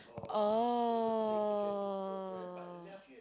oh